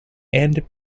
and